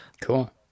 Cool